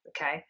okay